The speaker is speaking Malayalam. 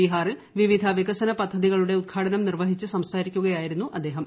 ബിഹാറിൽ വിവിധം വികസന പദ്ധതികളുടെ ഉദ്ഘാടനം നിർവ്വഹിച്ചു സംസാരിക്കുകയായിരുന്നു അദ്ദേഹം